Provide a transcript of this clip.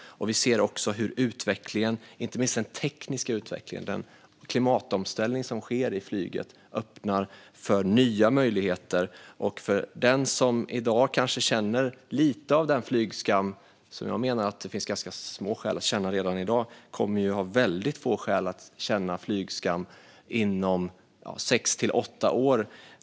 Vi ser också hur utvecklingen, inte minst den tekniska utvecklingen, och den klimatomställning som sker inom flyget öppnar för nya möjligheter. Den som kanske känner lite av den flygskam som jag menar att det redan i dag finns ganska små skäl att känna kommer att ha väldigt få skäl att känna den inom sex till åtta år.